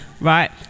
Right